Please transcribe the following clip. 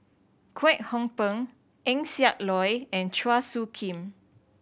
Kwek Hong Png Eng Siak Loy and Chua Soo Khim